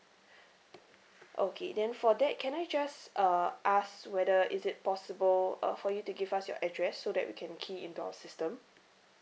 okay then for that can I just uh ask whether is it possible uh for you to give us your address so that we can key into our system